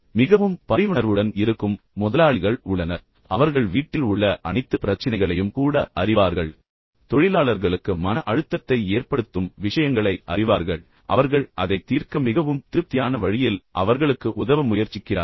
மிகவும் பரிவுணர்வுடன் இருக்கும் முதலாளிகள் உள்ளனர் பின்னர் அவர்கள் வீட்டில் உள்ள அனைத்து பிரச்சினைகளையும் கூட அறிவார்கள் தொழிலாளர்களுக்கு மன அழுத்தத்தை ஏற்படுத்தும் விஷயங்களை அறிவார்கள் மற்றும் அவர்கள் அதை தீர்க்க மிகவும் திருப்தியான வழியில் அவர்களுக்கு உதவ முயற்சிக்கிறார்கள்